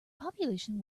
population